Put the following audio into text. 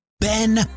Ben